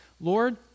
Lord